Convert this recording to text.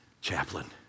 Chaplain